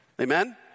Amen